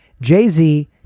Jay-Z